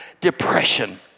depression